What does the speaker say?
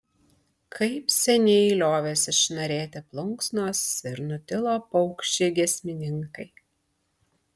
kaip seniai liovėsi šnarėti plunksnos ir nutilo paukščiai giesmininkai